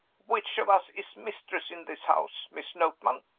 which of us is mistress in this house, miss notman?